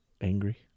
angry